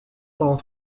pendant